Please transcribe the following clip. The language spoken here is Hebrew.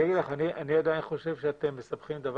מי בעד הנוסח הזה עם התיקונים שדיברנו עליהם?